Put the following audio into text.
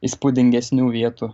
įspūdingesnių vietų